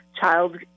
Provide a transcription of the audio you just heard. Child